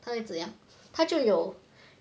他怎样他就有